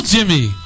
Jimmy